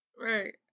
right